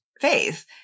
faith